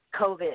COVID